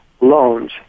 loans